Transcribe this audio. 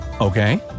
Okay